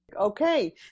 Okay